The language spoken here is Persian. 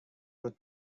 روت